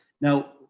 Now